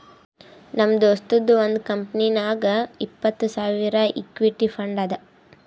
ನಮ್ ದೋಸ್ತದು ಒಂದ್ ಕಂಪನಿನಾಗ್ ಇಪ್ಪತ್ತ್ ಸಾವಿರ್ ಇಕ್ವಿಟಿ ಫಂಡ್ ಅದಾ